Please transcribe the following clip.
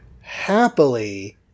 happily